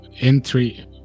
entry